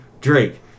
Drake